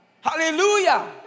hallelujah